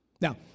Now